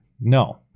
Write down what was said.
No